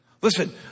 Listen